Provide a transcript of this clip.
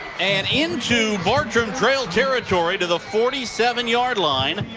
and into bartram trail territory to the forty seven yard line.